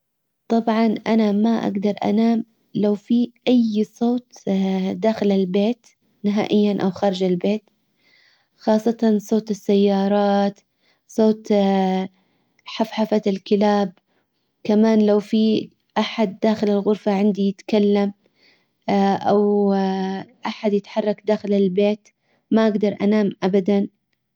طبعا انا ما اجدر انام لو في اي صوت داخل البيت نهائيا او خارج البيت. خاصة صوت السيارات صوت حفحفة الكلاب. كمان لو في احد داخل الغرفة عندي يتكلم او احد يتحرك داخل البيت ما اجدر انام ابدا.